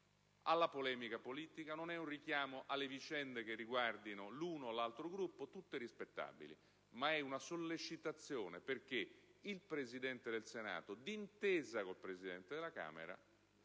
alla polemica politica, né alle vicende che riguardino l'uno o l'altro Gruppo, tutte rispettabili, ma è una sollecitazione affinché il Presidente del Senato, d'intesa con il Presidente della Camera,